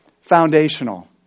foundational